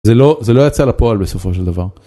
זה לא, זה לא יצא לפועל בסופו של דבר.